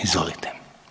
Izvolite.